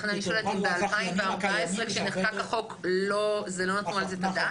לכן אני שואלת: האם ב-2014 כשנחקק החוק לא נתנו על זה את הדעת?